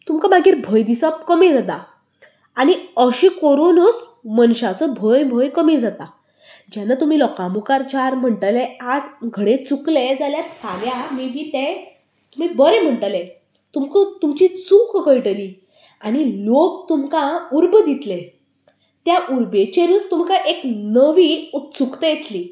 तुमकां मागी भंय दिसप कमी जाता आनी अशें करुनूच मनशाचो भंय भंय कमी जाता जेन्ना लोकां मुकार चार म्हणटलें आज घडे चुकले जाल्या फाल्या मे बी ते बरे म्हणटले तूं तुमकां तुमची चूक कयटली आनी लोक तुमकां उर्बा दितले त्या उर्बेचेरूच तुमकां एक नवी उत्सुकता येतली